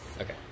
Okay